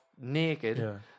naked